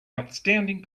outstanding